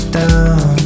down